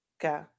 Go